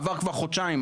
עבר כבר חודשיים.